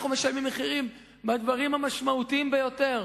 אנחנו משלמים מחירים בדברים המשמעותיים ביותר.